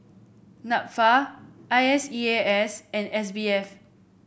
NAFA I S E A S and S B F